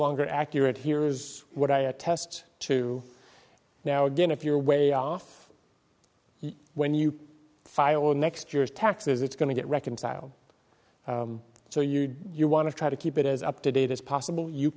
longer accurate here is what i attest to now again if you're way off when you file next year's taxes it's going to get reconciled so you you want to try to keep it as up to date as possible you